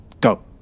go